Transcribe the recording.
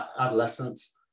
adolescents